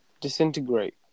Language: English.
disintegrate